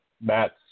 Matt